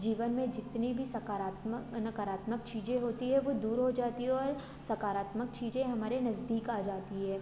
जीवन में जितनी भी सकारात्मक नकारात्मक चीज़ें होती हैं वो दूर हो जाती हैं और सकारात्मक चीज़ें हमारे नज़दीक आ जाती हैं